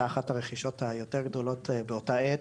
תחת הרכישות היותר גדולות באותה העת.